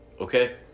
Okay